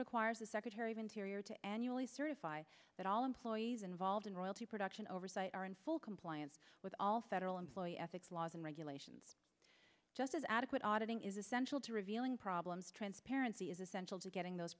requires the secretary of interior to annually certify that all employees involved in royalty production oversight are in full compliance with all federal employee ethics laws and regulations just as adequate auditing is essential to revealing problems transparency is essential to getting those